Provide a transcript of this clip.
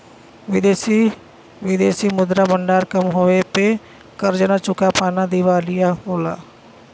विदेशी विदेशी मुद्रा भंडार कम होये पे कर्ज न चुका पाना दिवालिया होला